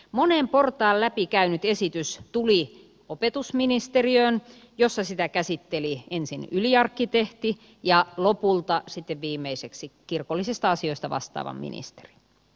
monen portaan läpi käynyt esitys tuli opetusministeriöön jossa sitä käsitteli ensin yliarkkitehti ja lopulta sitten viimeiseksi kirkollisista asioista vastaava ministeri